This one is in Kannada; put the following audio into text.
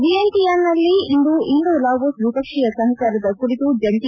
ವಿಯೆಂಟಿಯಾನ್ನಲ್ಲಿ ಇಂದು ಇಂಡೋ ಲಾವೋಸ್ ದ್ವಿಪಕ್ಷೀಯ ಸಹಕಾರದ ಕುರಿತು ಜಂಟಿ